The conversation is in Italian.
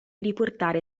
riportare